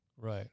Right